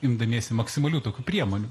imdamiesi maksimalių tokių priemonių